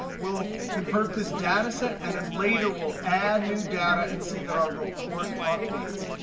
we'll convert this data set. and then later, we'll add new data and see that our report updates.